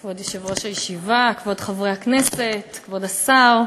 כבוד יושב-ראש הישיבה, כבוד חברי הכנסת, כבוד השר,